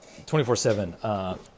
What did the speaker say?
24-7